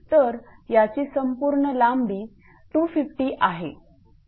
तर याची संपूर्ण लांबी 250 आहे